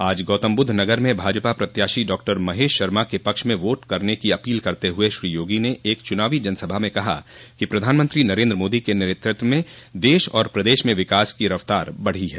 आज गौतमबुद्धनगर में भाजपा प्रत्याशी डॉक्टर महेश शर्मा के पक्ष में वोट करने की अपील करते हुए श्री योगी ने एक चुनावी जनसभा में कहा कि प्रधानमंत्री नरेन्द्र मोदी के नेतृत्व में देश और प्रदेश में विकास की रफ्तार बढ़ी है